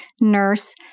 nurse